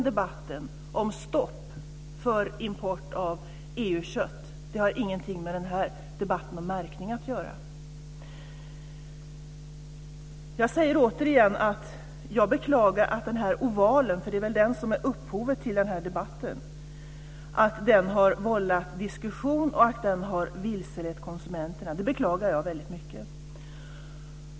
Debatten om stopp för import av EU kött har ingenting med debatten om märkning att göra. Jag beklagar att ovalen, för det är väl den som är upphovet till debatten, har vållat diskussion och att den har vilselett konsumenterna. Jag säger det återigen. Det beklagar jag väldigt mycket.